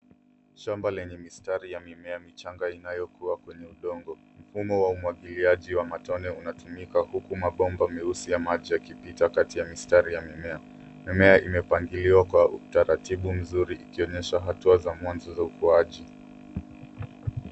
Shamba lenye mistari ya mimea michanga inayokuwa kwenye udongo. Mfumo wa umwagiliaji wa matone unatumika huku mabomba meusi ya maji yakipita kati ya mistari ya mimea. Mimea imepangiliwa kwa utaratibu mzuri ikionesha hatua za mwanzo za ukuaji.